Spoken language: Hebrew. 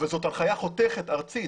זאת הנחיה חותכת ארצית.